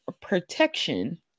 protection